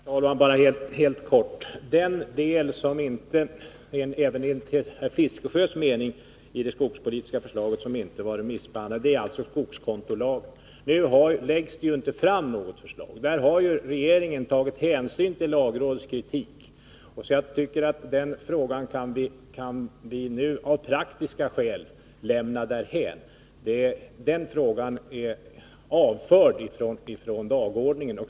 Herr talman! Bara helt kort: Den del som enligt herr Fiskesjös mening inte var remissbehandlad är alltså skogsvårdskontolagen. Nu läggs det ju inte fram något förslag. Regeringen har tagit hänsyn till lagrådets kritik. Då tycker jag att vi av praktiska skäl kan lämna den frågan därhän. Den är avförd från dagordningen.